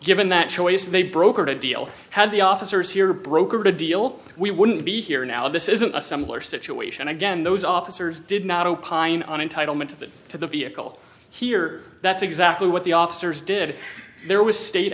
given that choice they brokered a deal had the officers here brokered a deal we wouldn't be here now this isn't a similar situation again those officers did not opine on entitlement to the vehicle here that's exactly what the officers did there was state